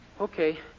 Okay